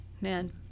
man